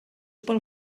pel